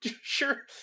Sure